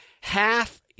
half